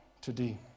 today